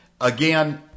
Again